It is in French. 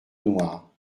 noir